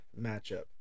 matchup